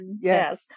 Yes